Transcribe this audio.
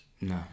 No